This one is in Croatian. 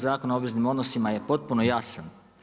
Zakona o obveznim odnosima je potpuno jasan.